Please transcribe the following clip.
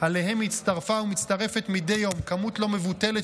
ואליהם הצטרפה ומצטרפת מדי יום כמות לא מבוטלת